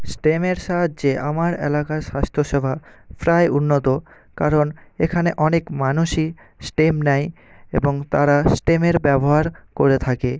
স্টেমের সাহায্যে আমরা এলাকার স্বাস্থ্য সেবা প্রায় উন্নত কারণ এখানে অনেক মানুষই স্টেম নেয় এবং তারা স্টেমের ব্যবহার করে থাকে